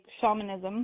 shamanism